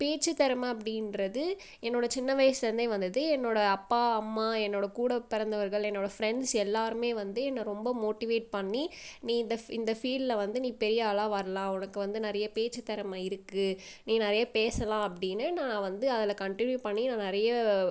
பேச்சு திறம அப்படின்றது என்னோட சின்ன வயசுலேந்தே வந்தது என்னோட அப்பா அம்மா என்னோட கூட பிறந்தவர்கள் என்னோட ஃப்ரெண்ட்ஸ் எல்லாருமே வந்து என்ன ரொம்ப மோட்டிவேட் பண்ணி நீ இந்த ஃபீ இந்த ஃபீல்டில் வந்து நீ பெரிய ஆளாக வரலாம் உனக்கு வந்து நிறைய பேச்சு திறம இருக்கு நீ நிறைய பேசலாம் அப்படின்னு நான் வந்து அதில் கன்ட்டினியூ பண்ணி நான் நிறைய